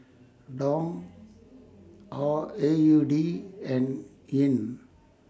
Dong A U D and Yuan